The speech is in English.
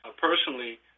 personally